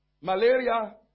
Malaria